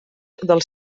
del